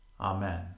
Amen